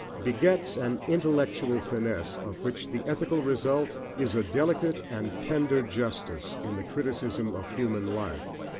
begets an intellectual finesse of which the ethical result is a delicate and tender justice in the criticism of human life.